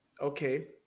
Okay